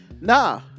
Nah